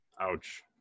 Ouch